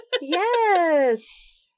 Yes